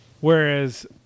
Whereas